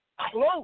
close